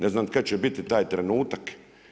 Ne znam kada će biti taj trenutak?